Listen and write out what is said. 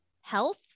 health